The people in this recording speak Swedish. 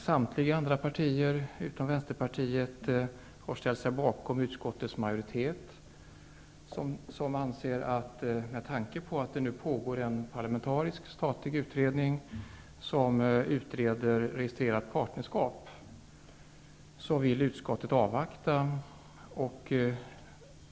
Samtliga andra partier utom Vänsterpartiet har ställt sig bakom utskottsmajoriteten, som anser att man med tanke på att en parlamentarisk utredning utreder frågan om registrerat partnerskap skall avvakta.